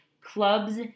Clubs